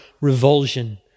revulsion